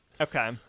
Okay